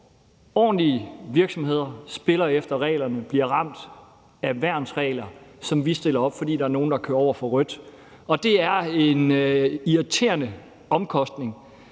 ordentlige virksomheder, der spiller efter reglerne, bliver ramt af værnsregler, som vi stiller op, fordi der er nogle, der kører over for rødt. Det er en irriterende omkostning,